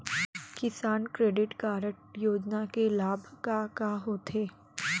किसान credit card योजना के लाभ का का होथे?